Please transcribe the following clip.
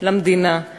למדינה מצד שני.